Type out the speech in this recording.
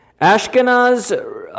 Ashkenaz